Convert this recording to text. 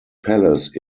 palace